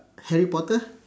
harry-potter